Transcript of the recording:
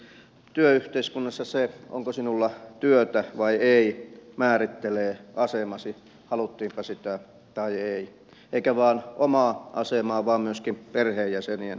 työyhteiskunnassa se onko sinulla työtä vai ei määrittelee asemasi haluttiinpa sitä tai ei eikä vain omaa asemaa vaan myöskin perheenjäsenien asemaa